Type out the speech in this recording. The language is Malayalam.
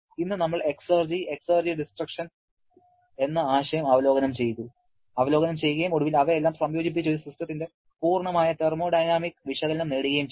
ഇന്ന് നമ്മൾ എക്സർജി എക്സർജി ഡിസ്ട്രക്ഷൻ എന്ന ആശയം അവലോകനം ചെയ്യുകയും ഒടുവിൽ അവയെല്ലാം സംയോജിപ്പിച്ച് ഒരു സിസ്റ്റത്തിന്റെ പൂർണ്ണമായ തെർമോഡൈനാമിക് വിശകലനം നേടുകയും ചെയ്തു